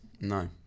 No